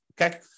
Okay